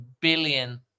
billion